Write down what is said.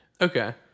Okay